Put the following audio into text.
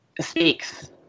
speaks